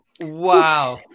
Wow